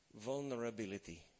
vulnerability